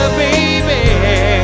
baby